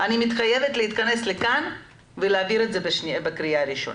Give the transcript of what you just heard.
אני מתחייבת להתכנס כאן ביום רביעי ולהעביר לקריאה ראשונה.